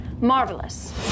Marvelous